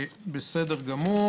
תודה.